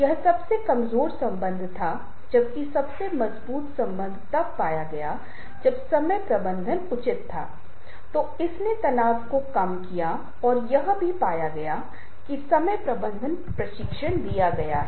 यह एक और तरीका है जिससे कि कालिपुजा को समझा जा सकता है जब फ़ॉन्ट बदलता है और एनीमेशन बदल जाता हैयहाँ एनीमेशन के माध्यम से दुर्गा को दिखाया जा रहा है यह गतिशीलता और इससे इसका अर्थ बदल जाता है